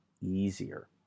easier